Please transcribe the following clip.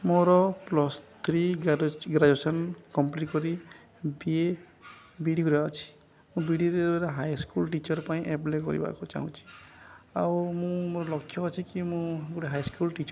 ମୋର plus three graduation complete କରି B A ବିଡ଼ିରେ ଅଛି ମୁଁ ବିଡ଼ିରେ ହାଇ ସ୍କୁଲ ଟିଚର୍ ପାଇଁ ଅପ୍ଲାଏ କରିବାକୁ ଚାହୁଁଛି ଆଉ ମୁଁ ମୋର ଲକ୍ଷ୍ୟ ଅଛି କି ମୁଁ ଗୋଟେ ହାଇ ସ୍କୁଲ ଟିଚର୍